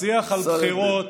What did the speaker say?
השיח על בחירות